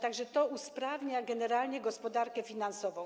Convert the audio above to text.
Tak że to usprawnia generalnie gospodarkę finansową.